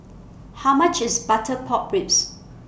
How much IS Butter Pork Ribs